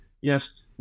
Yes